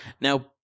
Now